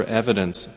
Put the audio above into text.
evidence